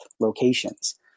locations